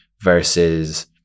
versus